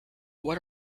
what